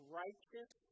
righteous